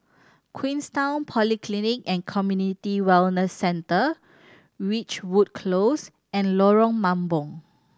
Queenstown Polyclinic and Community Wellness Centre Ridgewood Close and Lorong Mambong